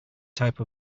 type